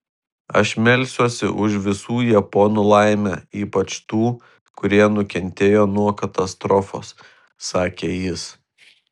aš melsiuosi už visų japonų laimę ypač tų kurie nukentėjo nuo katastrofos sakė jis